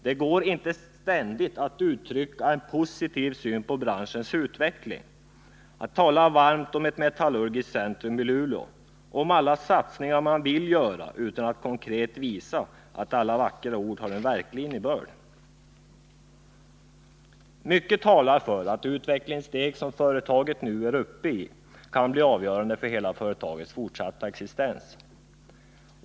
Det går inte att ständigt uttrycka en positiv syn på branschens utveckling och tala varmt om ett metallurgiskt centrum i Luleå, om alla satsningar man vill göra, utan att konkret visa att alla vackra ord har en verklig innebörd. Mycket talar för att det utvecklingssteg som företaget nu är inne i kan bli avgörande för hela företagets fortsatta existens.